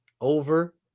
over